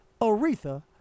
aretha